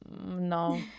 No